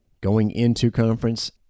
going-into-conference